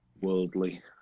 Worldly